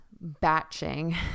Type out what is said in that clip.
batching